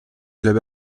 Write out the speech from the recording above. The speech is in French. clubs